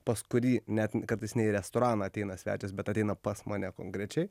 pas kurį net kartais ne į restoraną ateina svečias bet ateina pas mane konkrečiai